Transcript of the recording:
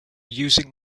using